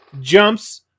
jumps